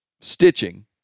stitching